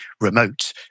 remote